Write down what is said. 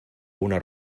una